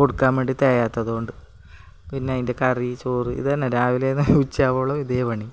കൊടുക്കാൻ വേണ്ടി തികയാത്തതു കൊണ്ട് പിന്നെ അതിൻ്റെ കറി ചോറ് ഇതു തന്നെ രാവിലെ ഉച്ചയാകുവോളം ഇതേ പണി